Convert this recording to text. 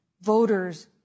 voters